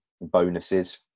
bonuses